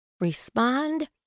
respond